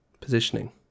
positioning